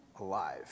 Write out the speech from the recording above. alive